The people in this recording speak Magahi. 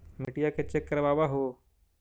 मिट्टीया के चेक करबाबहू?